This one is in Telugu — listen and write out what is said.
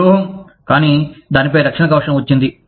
ఇది లోహం కానీ దానిపై రక్షణ కవచం వచ్చింది